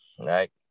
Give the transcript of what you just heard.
right